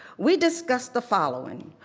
we discussed the following.